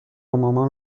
مامان